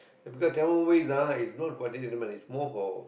because Tamil movies ah is not for the entertainment is more for